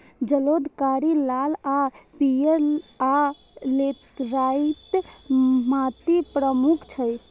जलोढ़, कारी, लाल आ पीयर, आ लेटराइट माटि प्रमुख छै